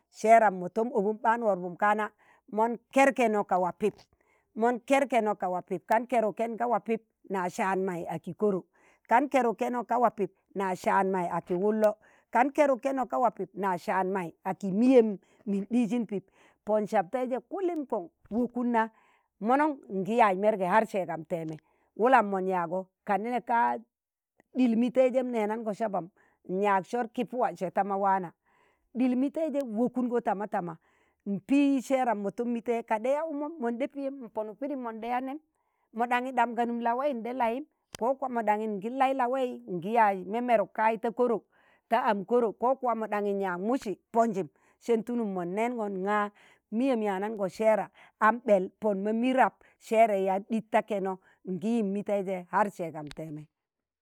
seera mo tom obin ɓaan woropon kạna, mon kerkeno ka waa pip, mon kerkeno ka wa pip kan keruk ken ka wa pip na saan mai aki koro, kan keruk keno ka waa pip na saan mai aki wullo, kan koruk keno ka waa pip na saan mai aki miyem min ɗijin pip, pin sab teiji kulim kon wukudna monon ngi yaaz merge har sẹẹgam teeme wulam mon yaago ka neka ɗil miteijem nenango sabam, nyaag sor ki puwa se ta ma wana ɗil miteije wokungo tamatama, n'pi seeram ma tom mi teije kan ɗe yaa ukmom mom piyem n'ponuk pidim mon ɗa yaa nem mo ɗanyi ɗam ga num lawai nda layim ko kuwa moɗanye ngi lai lawai ngi yạk memeruk kai ta koro, ta an koro ko kuwa nyaag mụsị ponjim se tulum mon nengon nga miyem yanango seera mɓẹl pon ma mi rab serei yan ɗik ta keno ngi yim miteije har sẹẹgam tẹẹmẹ.